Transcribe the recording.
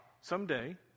someday